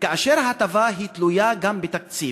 כאשר ההטבה תלויה גם בתקציב,